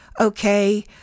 okay